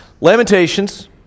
Lamentations